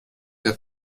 der